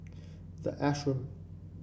the Ashram